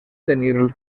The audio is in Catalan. tenir